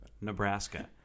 Nebraska